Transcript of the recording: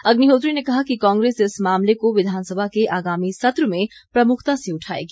अग्निहोत्री ने कहा कि कांग्रेस इस मामले को विधानसभा के आगामी सत्र में प्रमुखता से उठाएगी